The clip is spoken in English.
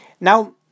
Now